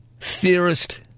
theorist